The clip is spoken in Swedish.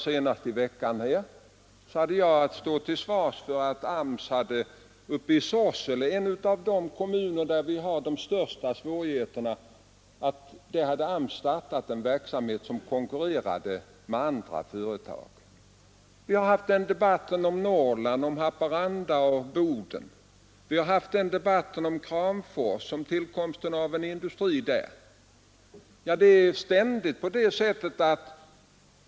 Senast för någon vecka sedan fick jag stå till svars för att AMS i Sorsele — en av de kommuner som har de största sysselsättningssvårigheterna — startat en verksamhet som konkurrerade med andra företag. Vi har haft debatten om Haparanda och Boden, debatten om tillkomsten av en industri i Kramfors.